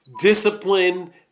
discipline